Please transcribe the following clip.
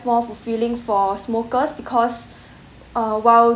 more fulfilling for smokers because uh while